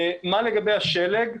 מה לגבי השלג?